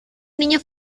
niño